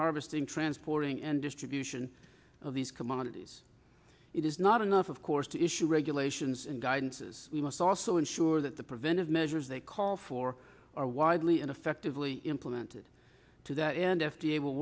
harvesting transporting and distribution of these commodities it is not enough of course to issue regulations and guidance is we must also ensure that the preventive measures they call for are widely and effectively implemented to that end f d a will